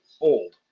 old